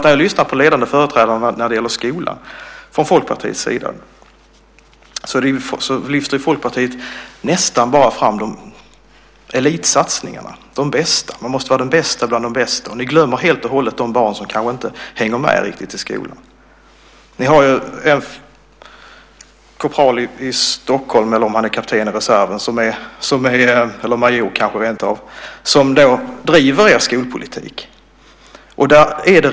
När jag lyssnar på ledande företrädare för Folkpartiet när det gäller skolan lyfter man nästan bara fram satsningarna på eliten, de bästa. Man måste vara den bäste bland de bästa. Ni glömmer helt och hållet de barn som kanske inte hänger med riktigt i skolan. Ni har ju en korpral i reserven i Stockholm - eller om han nu är kapten eller kanske rentav major - som driver er skolpolitik.